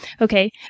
okay